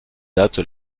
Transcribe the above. date